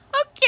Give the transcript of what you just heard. Okay